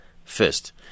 First